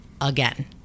again